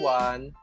one